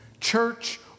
church